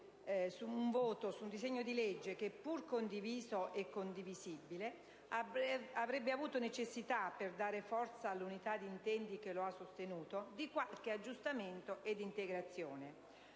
un voto su un disegno di legge che, pur condiviso e condivisibile, avrebbe avuto necessità, per dare forza all'unità di intenti che lo ha sostenuto, di qualche aggiustamento ed integrazione.